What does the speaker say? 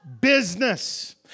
business